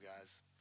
guys